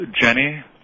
Jenny